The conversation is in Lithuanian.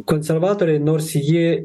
konservatoriai nors jie